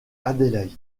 adélaïde